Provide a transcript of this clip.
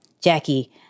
Jackie